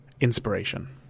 inspiration